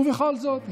ובכל זאת,